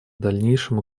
дальнейшем